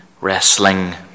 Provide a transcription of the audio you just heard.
wrestling